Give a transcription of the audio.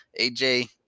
AJ